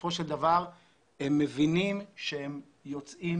שבסופו של דבר הם מבינים שהם יוצאים